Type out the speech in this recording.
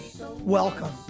Welcome